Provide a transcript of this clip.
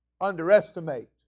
underestimate